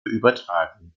übertragen